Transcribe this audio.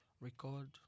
Record